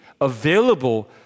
available